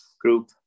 group